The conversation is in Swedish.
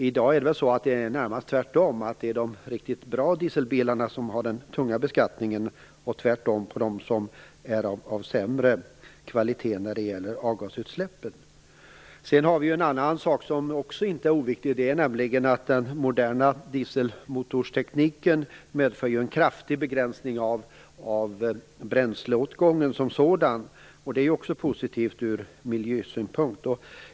I dag är det närmast tvärtom, nämligen att det i fråga om avgasutsläpp är de riktigt bra dieselbilarna som har den tunga beskattningen och att det är de sämre dieselbilarna som gynnas. En annan sak som inte är oviktig är att den moderna dieselmotortekniken medför en kraftig begränsning av bränsleåtgången som sådan. Det är ju också positivt ur miljösynpunkt.